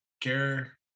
care